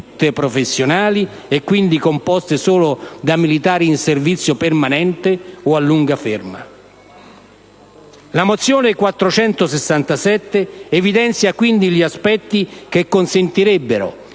La mozione n. 467 evidenzia quindi degli aspetti che consentirebbero,